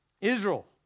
Israel